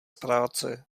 práce